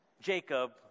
Jacob